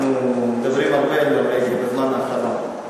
אנחנו מדברים הרבה על נורבגיה בזמן האחרון.